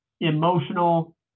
emotional